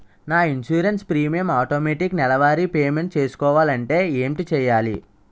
నా insurance premium automatic నెలవారి payment చేసుకోవాలంటే ఏంటి చేయాలి?